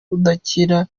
udakira